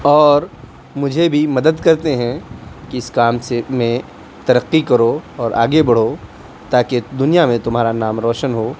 اور مجھے بھی مدد کرتے ہیں کہ اس کام سے میں ترقی کرو اور آگے بڑھو تاکہ دنیا میں تمہارا نام روشن ہو